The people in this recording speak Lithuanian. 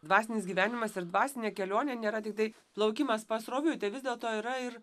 dvasinis gyvenimas ir dvasinė kelionė nėra tiktai plaukimas pasroviui tai vis dėlto yra ir